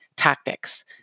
tactics